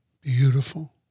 Beautiful